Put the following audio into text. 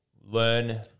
learn